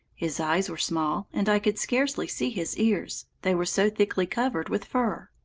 his eyes were small and i could scarcely see his ears, they were so thickly covered with fur.